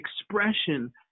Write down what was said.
expression